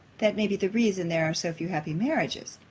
that may be the reason there are so few happy marriages.